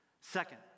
Second